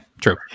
True